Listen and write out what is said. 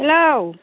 hello